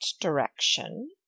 direction